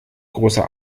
großer